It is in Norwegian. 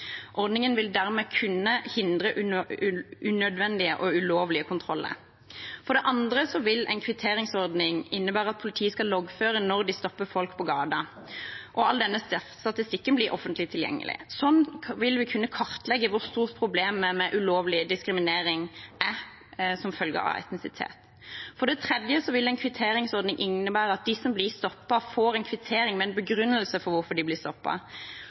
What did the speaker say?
Ordningen vil dermed kunne hindre unødvendige og ulovlige kontroller. For det andre vil en kvitteringsordning innebære at politiet skal loggføre når de stopper folk på gaten, og all denne statistikken blir offentlig tilgjengelig. Sånn vil vi kunne kartlegge hvor stort problemet med ulovlig diskriminering som følge av etnisitet er. For det tredje vil en kvitteringsordning innebære at de som blir stoppet, får en kvittering med en begrunnelse for hvorfor de blir